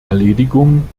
erledigung